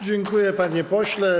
Dziękuję, panie pośle.